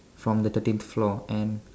from the thirteenth floor and